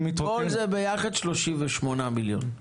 כל זה ביחד 38 מיליון.